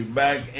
back